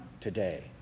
today